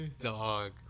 dog